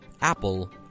Apple